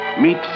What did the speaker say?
Meet